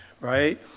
right